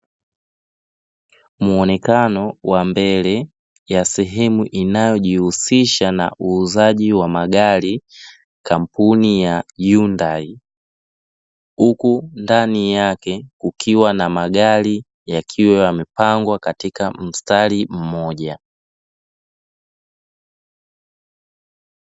Muonekano wa mbele ya sehemu inayojihusisha na uuzaji wa magari kampuni ya "Hyundai". Huku ndani yake kukiwa na magari, yakiwa yamepangwa katika mstari mmoja.